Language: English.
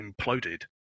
imploded